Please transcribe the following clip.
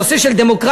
הנושא של דמוקרטיה,